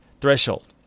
threshold